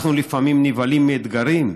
אנחנו לפעמים נבהלים מאתגרים,